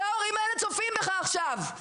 וההורים האלה צופים בך עכשיו.